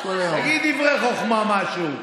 תגיד דברי חוכמה, משהו.